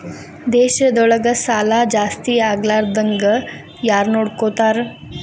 ದೇಶದೊಳಗ ಸಾಲಾ ಜಾಸ್ತಿಯಾಗ್ಲಾರ್ದಂಗ್ ಯಾರ್ನೊಡ್ಕೊತಾರ?